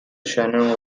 shannon